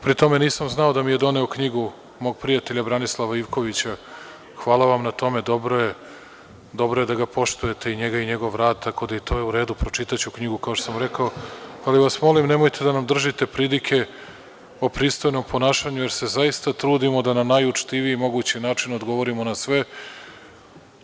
Pri tome, nisam znao da mi je doneo knjigu mog prijatelja Branislava Ivkovića, hvala vam na tome, dobro je da ga poštujete njega i njegov rad, tako da i to je u redu, pročitaću knjigu kao što sam rekao, ali vas molim, nemojte da nam držite pridike o pristojnom ponašanju jer se zaista trudimo da na najučtiviji mogući način odgovorimo na sve,